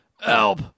Help